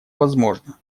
возможно